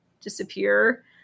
disappear